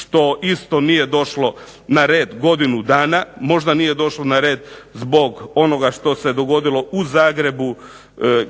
što isto nije došlo na red godinu dana, možda nije došlo na red zbog onoga što se dogodilo u Zagrebu